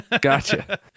Gotcha